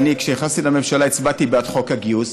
כשנכנסתי לממשלה הצבעתי בעד חוק הגיוס,